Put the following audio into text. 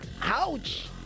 ouch